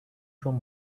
from